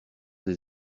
des